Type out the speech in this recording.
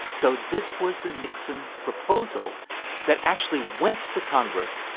so this was the nixon proposal that actually went to congress,